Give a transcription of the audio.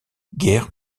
guère